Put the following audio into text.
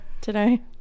today